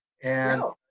and